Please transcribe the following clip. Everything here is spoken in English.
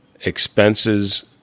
Expenses